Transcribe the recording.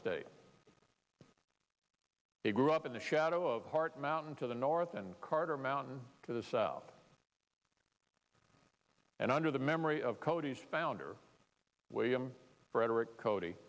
state he grew up in the shadow of heart mountain to the north and carter mountains to the south and under the memory of cody's founder william frederick cody